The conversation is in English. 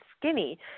skinny